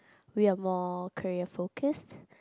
we are more career focused